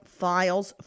files